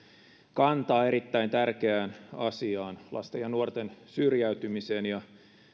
kantaa erittäin tärkeään asiaan lasten ja nuorten syrjäytymiseen ja